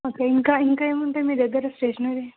okay ఇంకా ఇంకా ఏమి ఉంటాయి మీ దగ్గర స్టేషనరీ